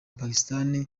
pakistan